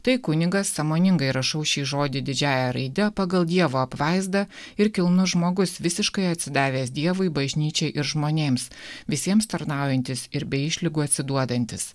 tai kunigas sąmoningai rašau šį žodį didžiąja raide pagal dievo apvaizdą ir kilnus žmogus visiškai atsidavęs dievui bažnyčiai ir žmonėms visiems tarnaujantis ir be išlygų atsiduodantis